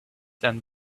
and